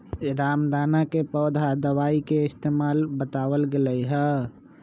रामदाना के पौधा दवाई के इस्तेमाल बतावल गैले है